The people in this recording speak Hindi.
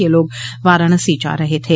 यह लोग वाराणसी जा रहे थे